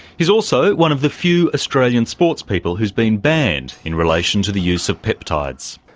he is also one of the few australian sports people who has been banned in relation to the use of peptides.